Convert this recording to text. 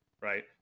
right